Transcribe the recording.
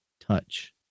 touch